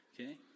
Okay